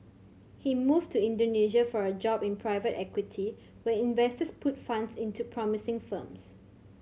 he moved to Indonesia for a job in private equity where investors put funds into promising firms